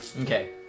Okay